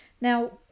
Now